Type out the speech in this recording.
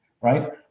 right